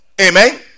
amen